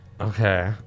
Okay